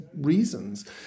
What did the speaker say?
reasons